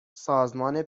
سازمان